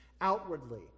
outwardly